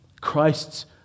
Christ's